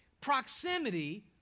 proximity